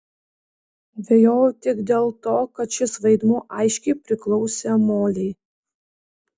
dvejojau tik dėl to kad šis vaidmuo aiškiai priklausė molei